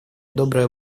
добрая